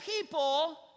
people